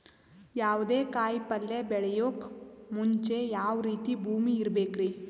ಯಾವುದೇ ಕಾಯಿ ಪಲ್ಯ ಬೆಳೆಯೋಕ್ ಮುಂಚೆ ಯಾವ ರೀತಿ ಭೂಮಿ ಇರಬೇಕ್ರಿ?